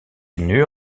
une